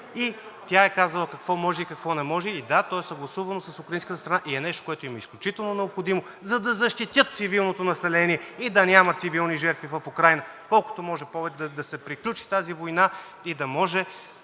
и тя е казала какво може и какво не може; да – то е съгласувано с украинската страна и е нещо, което им е изключително необходимо, за да защитят цивилното население и да няма цивилни жертви в Украйна, колкото може да се приключи тази война и да може